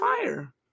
fire